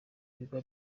biba